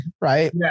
right